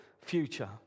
future